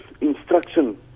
instruction